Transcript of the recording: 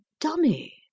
dummy